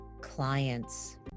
clients